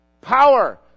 Power